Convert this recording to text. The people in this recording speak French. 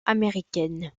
américaine